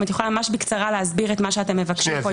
אם את יכולה בקצרה להסביר את מה שאתן מבקשות פה עם המונחים?